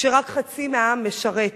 כשרק חצי העם משרת.